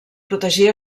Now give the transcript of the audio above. protegir